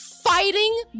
Fighting